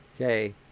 Okay